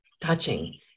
touching